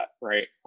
Right